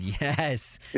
yes